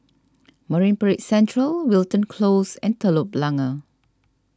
Marine Parade Central Wilton Close and Telok Blangah